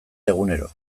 egunero